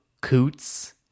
Coots